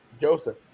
Joseph